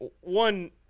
one